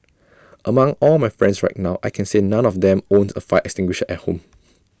among all my friends right now I can say none of them owns A fire extinguisher at home